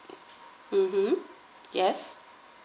mmhmm yes